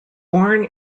born